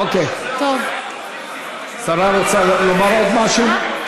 השרה רוצה לומר עוד משהו?